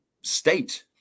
state